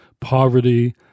poverty